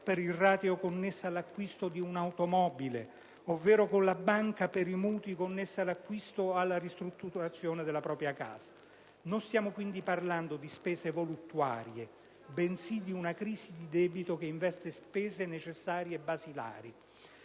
per il rateo connesso all'acquisto di un'automobile, ovvero con la banca per i mutui connessi all'acquisto o alla ristrutturazione della propria casa. Non stiamo quindi parlando di spese voluttuarie, bensì di una crisi di debito che investe spese necessarie e basilari.